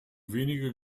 wenige